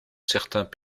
certains